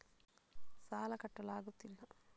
ಸಾಲ ಕಟ್ಟಲು ಆಗುತ್ತಿಲ್ಲ